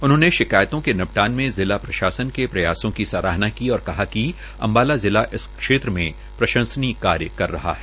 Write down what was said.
उन्होंने शिकायतों के निपटान में जिला प्रशासन के प्रयासों की सराहना की और कहा कि अम्बाला जिला इस क्षेत्र में प्रशंसनीय कार्य कर रहा है